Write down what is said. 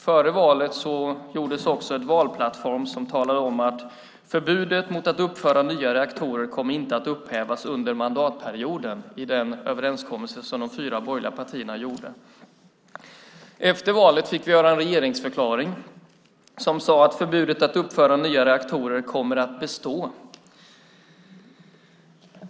Före valet gjordes också en valplattform som talade om att förbudet mot att uppföra nya reaktorer inte kom att upphävas under mandatperioden i den överenskommelse som de fyra borgerliga partierna gjorde. Efter valet fick vi en regeringsförklaring där det hette att förbudet mot att uppföra nya reaktorer kommer att bestå.